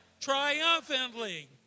triumphantly